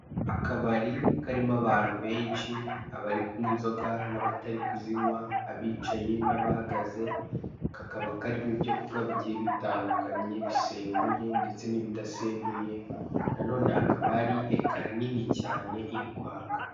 Akabari karimo abantu benshi abari kunywa inzoga n'abatari kuzinywa, abicaye n'abahagaze, kakaba karimo ibyo kunywa bigiye bitandukanye, bisembuye ndetse n'ibidasembuye nanone hakaba hari ekara nini cyane iri kwaka.